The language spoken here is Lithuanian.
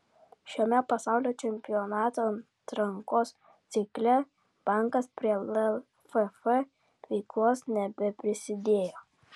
šiame pasaulio čempionato atrankos cikle bankas prie lff veiklos nebeprisidėjo